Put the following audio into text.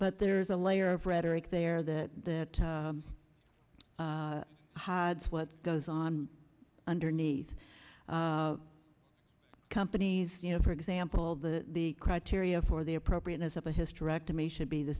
but there's a layer of rhetoric there that hides what goes on underneath companies you know for example the the criteria for the appropriateness of a hysterectomy should be the